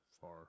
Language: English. far